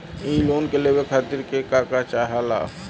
इ लोन के लेवे खातीर के का का चाहा ला?